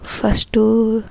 first